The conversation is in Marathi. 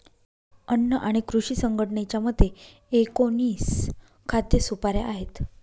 अन्न आणि कृषी संघटनेच्या मते, एकोणीस खाद्य सुपाऱ्या आहेत